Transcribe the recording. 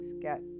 get